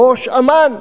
ראש אמ"ן,